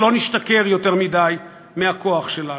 שלא נשתכר יותר מדי מהכוח שלנו.